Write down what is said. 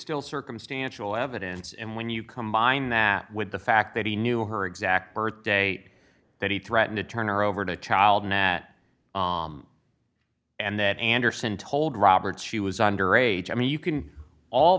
still circumstantial evidence and when you combine that with the fact that he knew her exact perth date that he threatened to turn her over to child nat and that anderson told roberts she was under age i mean you can all